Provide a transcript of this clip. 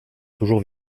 toujours